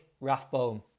Rathbone